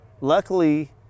Luckily